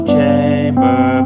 Chamber